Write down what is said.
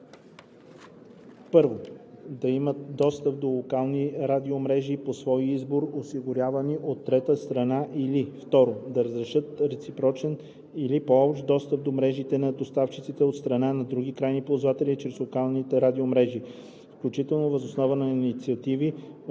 1. да имат достъп до локални радиомрежи по свой избор, осигурявани от трети страни, или 2. да разрешават реципрочен или по-общ достъп до мрежите на доставчиците от страна на други крайни ползватели чрез локални радиомрежи, включително въз основа на инициативи